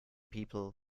people